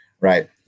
right